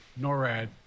NORAD